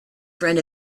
friend